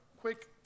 quick